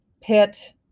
PIT